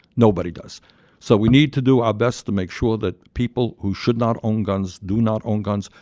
nobody does so we need to do our best to make sure that people who should not own guns do not own guns.